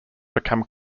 become